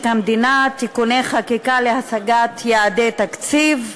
המדינה (תיקוני חקיקה להשגת יעדי התקציב)